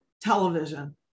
television